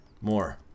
More